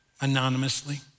anonymously